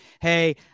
hey